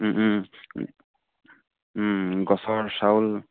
গছৰ চাউল